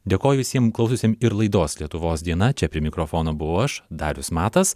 dėkoju visiem klausiusiem ir laidos lietuvos diena čia prie mikrofono buvau aš darius matas